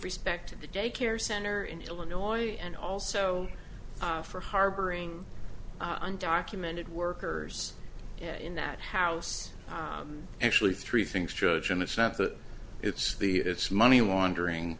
respect to the daycare center in illinois and also for harboring undocumented workers in that house actually three things judge and it's not that it's the it's money wandering